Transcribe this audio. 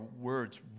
words